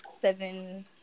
seven